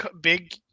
big